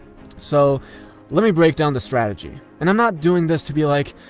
so let me break down the strategy. and i'm not doing this to be like,